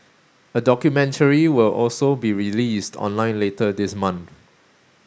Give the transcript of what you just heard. a documentary will also be released online later this month